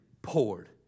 poured